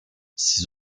ces